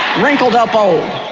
wrinkled up old.